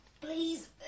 please